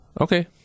Okay